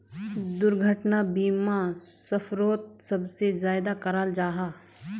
दुर्घटना बीमा सफ़रोत सबसे ज्यादा कराल जाहा